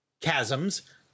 chasms